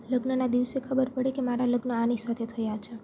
લગ્નના દિવસે ખબર પડે કે મારાં લગ્ન આની સાથે થયાં છે